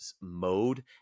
mode